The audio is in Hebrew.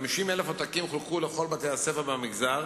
50,000 עותקים חולקו לכל בתי-הספר במגזר,